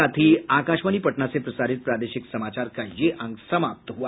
इसके साथ ही आकाशवाणी पटना से प्रसारित प्रादेशिक समाचार का ये अंक समाप्त हुआ